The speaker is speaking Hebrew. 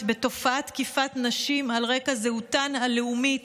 בתופעת תקיפת נשים על רקע זהותן הלאומית,